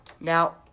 Now